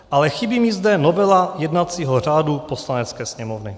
Ale chybí mi zde novela jednacího řádu Poslanecké sněmovny.